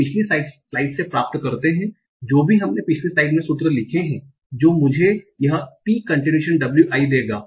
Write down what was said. हम पिछली स्लाइड से प्राप्त करते हैं जो भी हमने पिछली स्लाइड में सूत्र लिखे हैं जो मुझे यह p continuation w i देगा